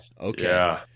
Okay